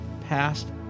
past